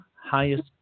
highest